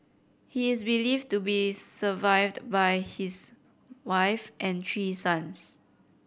he is believed to be survived by his wife and three sons